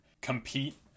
compete